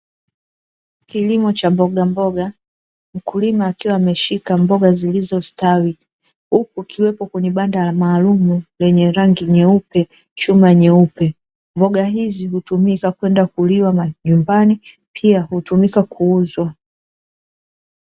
Kilimo cha mbogamboga mkulima akiwa na ameshika mboga zikiwa zimestawi huku akiwepo kwenye banda maalumu nyeupe chuma nyeupe. Mboga hizi hutumika kwenda kuliwa majumbani pia hutumika kuuzwa.